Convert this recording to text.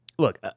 Look